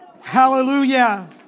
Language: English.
Hallelujah